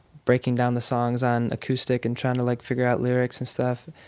breaking down the songs on acoustic and trying to, like, figure out lyrics and stuff.